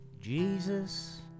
Jesus